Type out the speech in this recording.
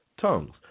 tongues